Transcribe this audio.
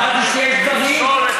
אמרתי שיש דברים, לפסול את החוק הזה.